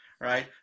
right